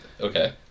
Okay